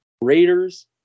Raiders